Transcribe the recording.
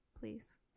please